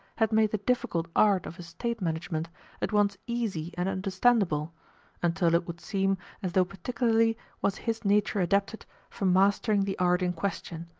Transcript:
had made the difficult art of estate management at once easy and understandable until it would seem as though particularly was his nature adapted for mastering the art in question.